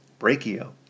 brachio